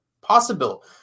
possible